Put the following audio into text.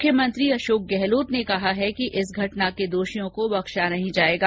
मुख्यमंत्री अशोक गहलोत ने कहा है कि इस घटना के दोषियों को बख्शा नहीं जाएगा